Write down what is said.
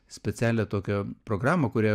specialią tokią programą kurią